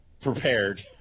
prepared